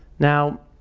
now,